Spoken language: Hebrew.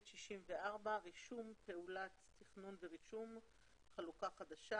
רישום פעולת תכנון ורישום חלוקה חדשה.